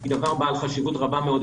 היא דבר בעל חשיבות רבה מאוד,